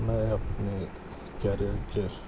میں اپنے کیریئر کے